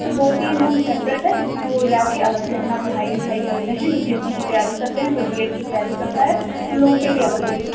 तो दो तीन रूम सेपरेट है तो उसमें वो जाके अलग से अपना पढ़ाई लिखाई करते हैं यू पी एस सी की तैयारी करते हैं कोई बीएड की तैयारी करता है उन लोगों के लिए अलग रूम है